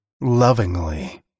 lovingly